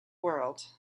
world